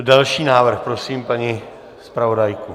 Další návrh, prosím paní zpravodajku.